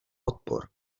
odpor